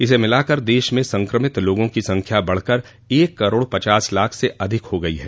इसे मिलाकर देश में संक्रमित लोगों की संख्या बढकर एक करोड पचास लाख से अधिक हो गई है